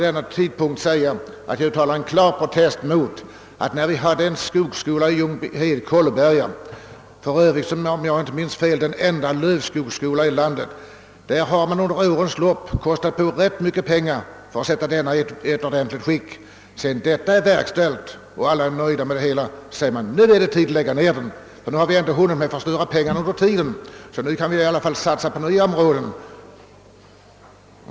Jag uttalar emellertid nu en klar protest mot att vi skall lägga ned skogsskolan i Ljungbyhed, Kolleberga — för övrigt den enda lövskogsskolan i landet, om jag inte minns fel. Under årens lopp har mycket pengar lagts ned för att sätta den i skick. Sedan detta är gjort och alla är nöjda säger man: Nu är det tid att lägga ned den; nu har vi hunnit att förstöra pengar, så nu skall vi satsa på nya områden!